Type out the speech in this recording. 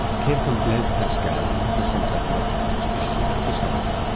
came from blaise pascal and this is sometimes not sufficiently emphasised.